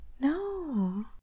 No